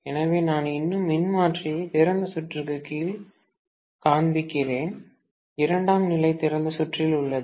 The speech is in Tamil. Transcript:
எனவே நான் இன்னும் மின்மாற்றியை திறந்த சுற்றுக்கு கீழ் காண்பிக்கிறேன் இரண்டாம் நிலை திறந்த சுற்றில் உள்ளது